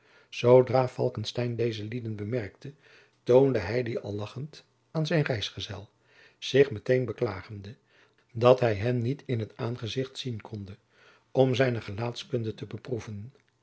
falckestein deze lieden bemerkte toonde hij die al lagchend aan zijn reisgezel zich meteen beklagende dat hij hen niet in t aangezicht zien konde om zijne gelaatskunde te beproeven